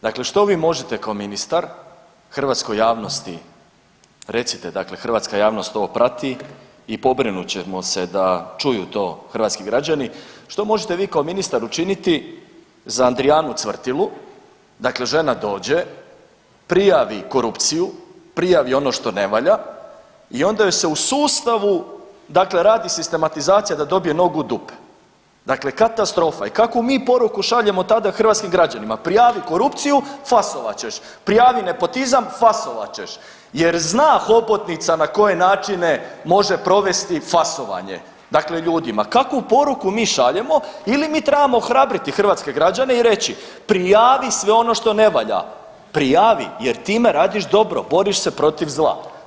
Dakle, što vi možete kao ministar hrvatskoj javnosti, recite dakle hrvatska javnost ovo prati i pobrinut ćemo se da čuju to hrvatski građani, što možete vi kao ministar učiniti za Andrijanu Cvrtilu, dakle žena dođe, prijavi korupciju, prijavi ono što ne valja i onda joj se u sustavu, dakle radi sistematizacija da dobije nogu u dupe, dakle katastrofa i kakvu mi poruku šaljemo tada hrvatskim građanima, prijavi korupciju fasovat ćeš, prijavi nepotizam fasovat ćeš jer zna hobotnica na koje načine može provesti fasovanje dakle ljudima, kakvu poruku mi šaljemo ili mi trebamo ohrabriti hrvatske građane i reći prijavi sve ono što ne valja, prijavi jer time radiš dobro, boriš se protiv zla.